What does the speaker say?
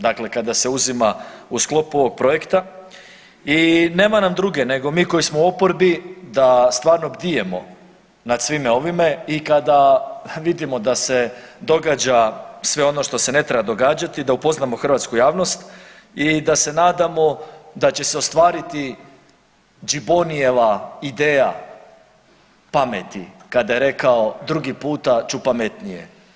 Dakle, kada se uzima u sklopu ovog projekta i nema nam druge nego mi koji smo u oporbi da stvarno bdijemo nad svim ovime i kada vidimo da se događa sve ono što se ne treba događati da upoznamo hrvatsku javnost i da se nadamo da će se ostvariti Gibonnijeva ideja pameti kada je rekao, drugi puta ću pametnije.